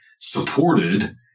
supported